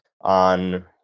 on